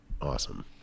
awesome